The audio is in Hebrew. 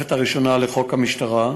לתוספת הראשונה לחוק המשטרה,